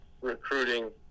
recruiting